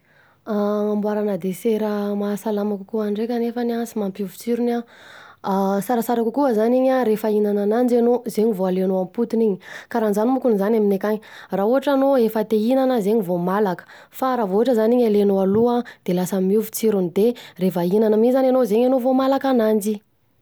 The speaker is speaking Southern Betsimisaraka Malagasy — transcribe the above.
Anamboarana desera mahasalama kokoa ndreka nefany an sy mampiova tsirony an, a tsaratsara kokoa zany iny an, rehefa hihinana ananjy anô, zay vao alainao ampotony iny karanzany mokony zany aminay akany raha ohatra anao efa te hihinana zegny vao malaka, fa raha vao ohatra zany iny alainao aloha de lasa miova tsirony de reva hihinana mi zany anao zegny anao vao malaka ananjy.